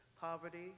poverty